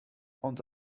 ond